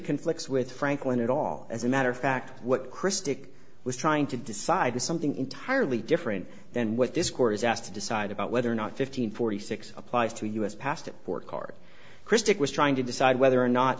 conflicts with franklin at all as a matter of fact what christic was trying to decide is something entirely different than what this court is asked to decide about whether or not fifteen forty six applies to us past a court card christic was trying to decide whether or not